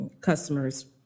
customers